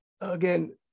again